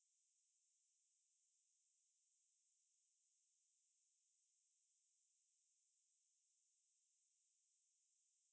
you can lah but actually I've only used it at night I I use once or twice at night but I actually didn't think of using it in the meetings that makes sense yeah